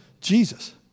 Jesus